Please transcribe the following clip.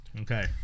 okay